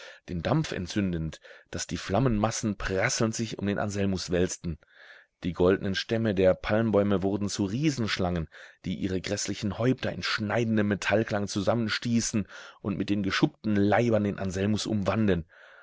den dampf entzündend daß die flammenmassen prasselnd sich um den anselmus wälzten die goldnen stämme der palmbäume wurden zu riesenschlangen die ihre gräßlichen häupter in schneidendem metallklange zusammenstießen und mit den geschuppten leibern den anselmus umwanden